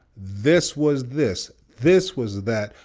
this was this, this was that,